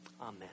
Amen